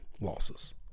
losses